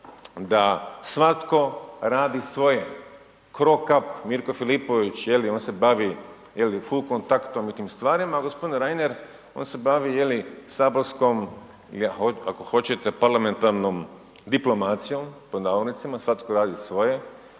da svako radi svoj Cro Cup Mirko Filipović jeli on se bavi fulkontaktom i tim stvarima, a gospodin Reiner on se bavi saborskom ili ako hoćete „parlamentarnom diplomacijom“, svatko radi svoje,